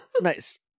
Nice